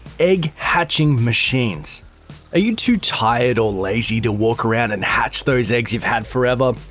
egg-hatching machines are you too tired or lazy to walk around and hatch those eggs you've had forever?